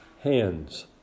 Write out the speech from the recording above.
hands